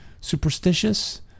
superstitious